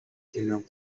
хэмээн